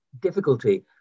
difficulty